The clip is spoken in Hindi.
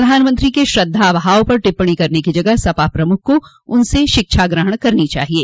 प्रधानमंत्री के श्रद्धा भाव पर टिप्पणी करने की जगह सपा प्रमुख को उनसे शिक्षा ग्रहण करनी चाहिये